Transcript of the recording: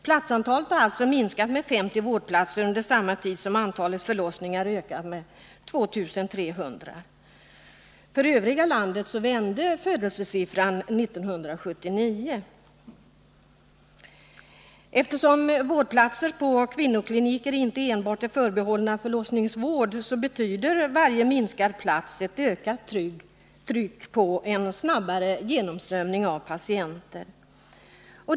Antalet vårdplatser har alltså minskat med 50 under samma tid som antalet förlossningsar ökat med 2 300. För övriga delar av landet vände födelsesiffrorna 1979. Eftersom vårdplatserna på kvinnokliniker inte enbart är förbehållna förlossningsvården betyder varje indragen plats att vi får ett ökat tryck på en snabbare genomströmning av patienter.